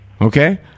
Okay